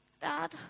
Dad